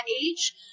age